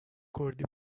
کردی